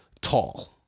tall